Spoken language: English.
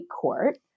court